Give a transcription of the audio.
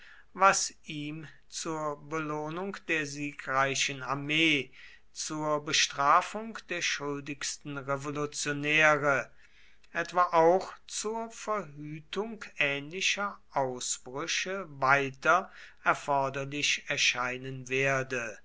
was ihm zur belohnung der siegreichen armee zur bestrafung der schuldigsten revolutionäre etwa auch zur verhütung ähnlicher ausbrüche weiter erforderlich erscheinen werde